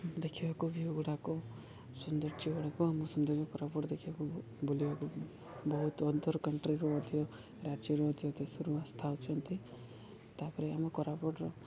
ଦେଖିବାକୁ ବି ଗୁଡ଼ାକୁ ସୌନ୍ଦର୍ଯ୍ୟ ଗୁଡ଼ିକ ଆମ ସୌନ୍ଦର୍ଯ୍ୟ କୋରାପୁଟ ଦେଖିବାକୁ ବୁଲିବାକୁ ବହୁତ ଅଦର କଣ୍ଟ୍ରିରୁ ମଧ୍ୟ ରାଜ୍ୟରୁ ମଧ୍ୟ ଦେଶରୁ ଆସ୍ଥା ହଉଛନ୍ତି ତା'ପରେ ଆମ କୋରାପୁଟର